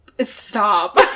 Stop